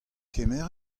kemer